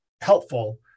helpful